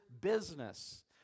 business